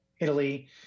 Italy